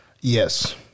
Yes